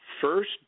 first